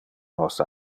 nos